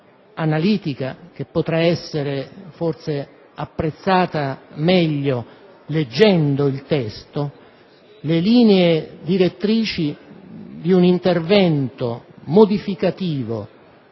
analitica che potrà essere forse apprezzata meglio leggendo il testo, le linee direttrici di un intervento modificativo